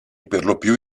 perlopiù